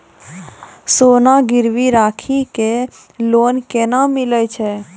सोना गिरवी राखी कऽ लोन केना मिलै छै?